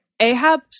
Ahab